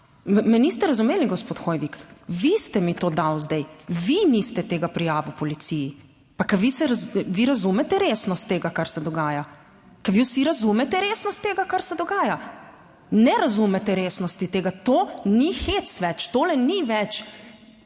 Me niste razumeli, gospod Hoivik? Vi ste mi to dal zdaj. Vi niste tega prijavil policiji. Pa vi razumete resnost tega, kar se dogaja? Kaj vi vsi razumete resnost tega, kar se dogaja? Ne razumete resnosti tega. To ni hec več. Tole ni več